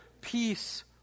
peace